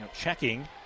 checking